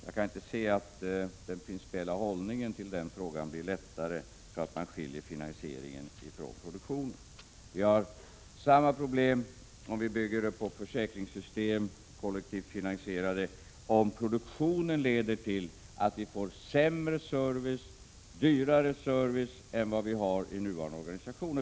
Jag kan inte se att hållningen till frågan blir lättare genom att man skiljer finansieringen från produktionen. Vi har samma problem om vi bygger upp kollektivt finansierade försäkringssystem, om produktionen leder till att vi får sämre service, dyrare service än vad vi har inom nuvarande organisation.